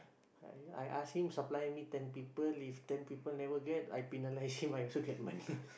I I ask him supply me ten people if ten people never get I penalise him I also get money